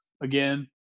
again